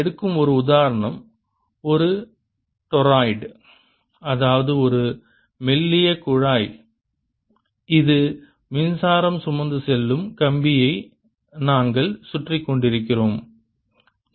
நான் எடுக்கும் உதாரணம் ஒரு டொராய்டு அதாவது இது ஒரு மெல்லிய குழாய் இது மின்சாரம் சுமந்து செல்லும் கம்பியை நாங்கள் சுற்றிக் கொண்டிருக்கிறோம்